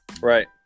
right